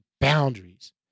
boundaries